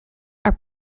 are